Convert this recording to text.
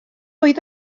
oedd